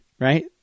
right